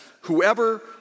whoever